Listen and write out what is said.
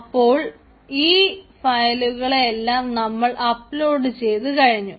അപ്പോൾ ഈ ഫയലുകളെല്ലാം നമ്മൾ അപ്ലോഡ് ചെയ്തു കഴിഞ്ഞു